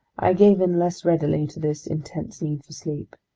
i gave in less readily to this intense need for sleep.